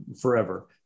forever